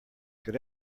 good